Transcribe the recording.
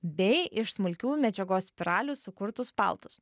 bei iš smulkių medžiagos spiralių sukurtus paltus